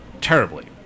terribly